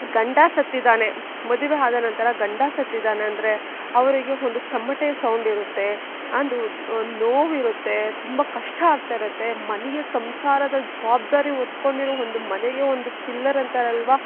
ಗಂಡ ಸತ್ತಿದ್ದಾನೆ ಮದುವೆ ಆದ ನಂತರ ಗಂಡ ಸತ್ತಿದ್ದಾನೆ ಅಂದರೆ ಅವರಿಗೆ ಒಂದು ತಮಟೆ ಸೌಂಡ್ ಇರುತ್ತೆ ಅದು ನೋವಿರುತ್ತೆ ತುಂಬ ಕಷ್ಟ ಆಗ್ತಾಯಿರುತ್ತೆ ಮನೆಯ ಸಂಸಾರದ ಜವಾಬ್ದಾರಿ ಹೊತ್ಕೊಂಡಿರೋ ಒಂದು ಮನೆಯ ಒಂದು ಪಿಲ್ಲರ್ ಅಂತಾರಲ್ವ